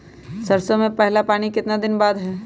सरसों में पहला पानी कितने दिन बाद है?